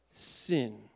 sin